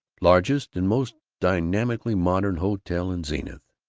largest and most dynamically modern hotel in zenith.